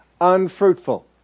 unfruitful